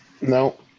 No